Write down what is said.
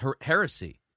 heresy